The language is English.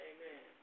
Amen